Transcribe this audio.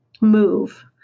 move